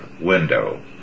window